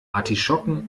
artischocken